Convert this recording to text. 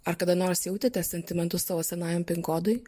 ar kada nors jautėte sentimentus savo senajam pinkodui